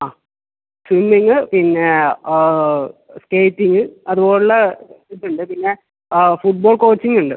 ആ സ്വിമ്മിംഗ് പിന്നെ സ്കേറ്റിംഗ് അതുപോലുള്ള ഇത് ഉണ്ട് പിന്നെ ഫുട്ബോൾ കോച്ചിംഗ് ഉണ്ട്